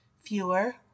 fewer